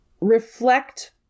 reflect